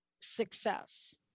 success